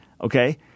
okay